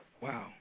Wow